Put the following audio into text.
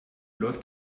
läuft